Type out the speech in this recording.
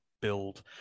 build